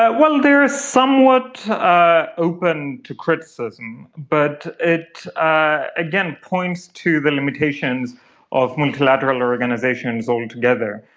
ah well, they are somewhat ah open to criticism, but it again points to the limitations of multilateral organisations altogether.